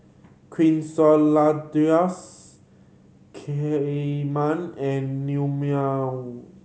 Quesadillas Kheema and Naengmyeon